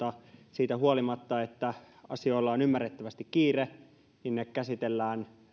siitä huolimatta että asioilla on ymmärrettävästi kiire niin ne käsitellään